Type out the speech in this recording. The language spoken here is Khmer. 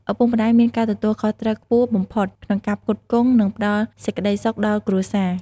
ឪពុកម្ដាយមាន ការទទួលខុសត្រូវខ្ពស់បំផុត ក្នុងការផ្គត់ផ្គង់ និងផ្ដល់សេចក្តីសុខដល់គ្រួសារ។